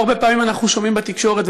לא הרבה פעמים אנחנו שומעים בתקשורת,